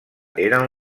eren